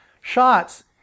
shots